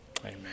Amen